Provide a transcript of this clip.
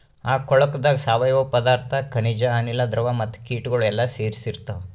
ಆ ಕೊಳುಕದಾಗ್ ಸಾವಯವ ಪದಾರ್ಥ, ಖನಿಜ, ಅನಿಲ, ದ್ರವ ಮತ್ತ ಕೀಟಗೊಳ್ ಎಲ್ಲಾ ಸೇರಿಸಿ ಇರ್ತಾವ್